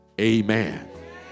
Amen